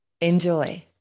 Enjoy